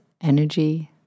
energy